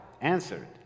answered